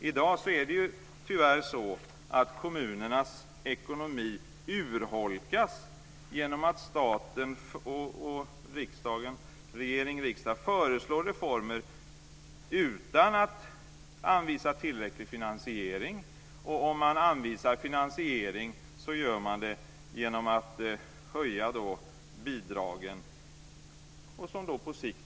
I dag urholkas tyvärr kommunernas ekonomi genom att staten, regering och riksdag, föreslår reformer utan att anvisa tillräcklig finansiering. Om den anvisar finansiering gör den det genom att höja bidragen.